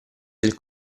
del